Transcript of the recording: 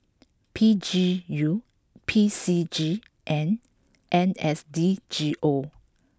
P G U P C G and N S D G O